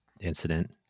incident